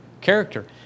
character